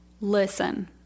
Listen